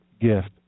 gift